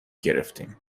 گرفتیم